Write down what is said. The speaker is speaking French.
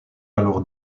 alors